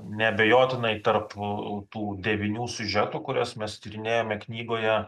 neabejotinai tarp tų devynių siužetų kuriuos mes tyrinėjame knygoje